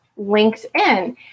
LinkedIn